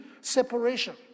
separation